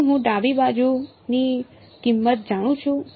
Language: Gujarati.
શું હું ડાબી બાજુની કિંમત જાણું છું